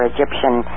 Egyptian